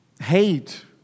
hate